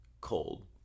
cold